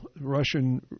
Russian